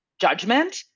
judgment